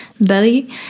belly